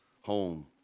home